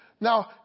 Now